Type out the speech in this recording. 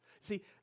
See